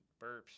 burps